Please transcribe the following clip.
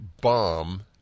bomb